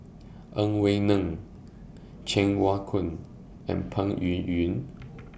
Ang Wei Neng Cheng Wai Keung and Peng Yuyun